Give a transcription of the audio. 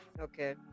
Okay